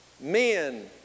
men